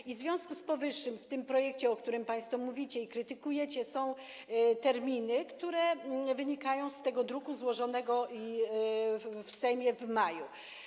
I w związku z powyższym w tym projekcie, o którym państwo mówicie i który krytykujecie, są terminy, które wynikają z tego druku złożonego w Sejmie w maju.